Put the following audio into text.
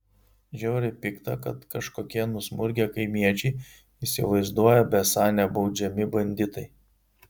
žiauriai pikta kad kažkokie nusmurgę kaimiečiai įsivaizduoja besą nebaudžiami banditai